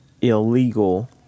illegal